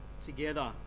together